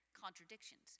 contradictions